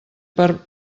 per